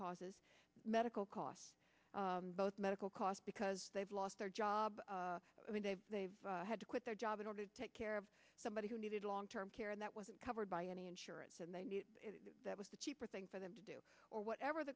causes medical costs both medical costs because they've lost their job they've had to quit their job in order to take care of somebody who needed long term care and that wasn't covered by any insurance and they knew that was a cheaper thing for them to do or whatever